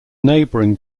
neighbouring